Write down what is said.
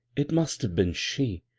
it must have been she.